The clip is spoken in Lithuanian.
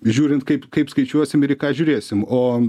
žiūrint kaip kaip skaičiuosim ir į ką žiūrėsim o